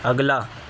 اگلا